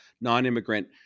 non-immigrant